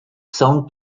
sound